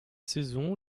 saisons